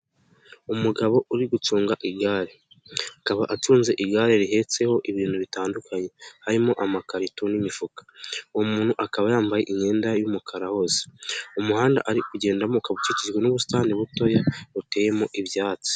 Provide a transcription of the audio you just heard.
Umugabo uri gucunga igare, akaba acunze igare rihetseho ibintu bitandukanye, harimo amakarito n'imifuka, uwo muntu akaba yambaye imyenda y'umukara hose, umuhanda ari kugendamo ukaba ukikijwe n'ubusitani butoya buteyemo ibyatsi.